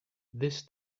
this